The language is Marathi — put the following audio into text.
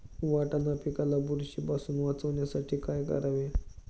वाटाणा पिकाला बुरशीपासून वाचवण्यासाठी काय करावे?